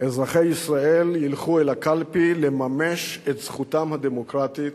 אזרחי ישראל ילכו אל הקלפי לממש את זכותם הדמוקרטית